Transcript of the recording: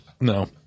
No